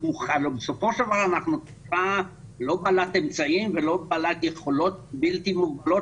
בסופו של דבר אנחנו קבוצה לא בעלת אמצעים ולא בעלת יכולות בלתי מוגבלות,